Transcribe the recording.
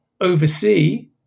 oversee